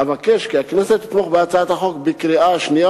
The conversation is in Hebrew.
אבקש כי הכנסת תתמוך בהצעת החוק בקריאה השנייה